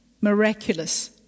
Miraculous